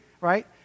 right